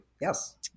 yes